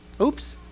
Oops